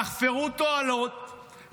יחפרו תעלות,